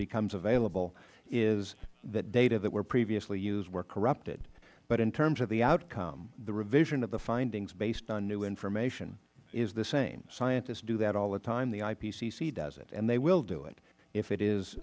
becomes available is that data that were previously used were corrupted but in terms of the outcome the revision of the findings based on new information is the same scientists do that all the time the ipcc does it and they will do it if it is